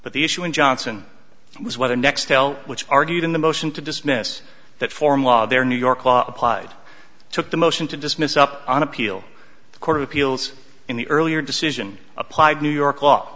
but the issue in johnson was whether nextel which argued in the motion to dismiss that form law their new york law applied took the motion to dismiss up on appeal the court of appeals in the earlier decision applied new york law